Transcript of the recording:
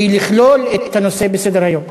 היא לכלול את הנושא בסדר-היום.